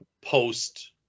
post